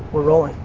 we're rolling.